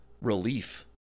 relief